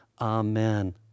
Amen